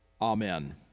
amen